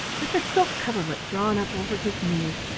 with the silk coverlet drawn up over his knees,